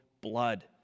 blood